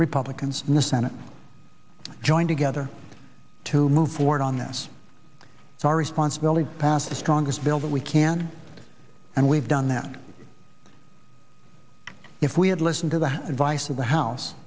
republicans in the senate join together to move forward on this it's our responsibility to pass the strongest bill that we can and we've done that if we had listened to the advice of the house